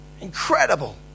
Incredible